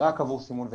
רק עבור סימון והתקנים.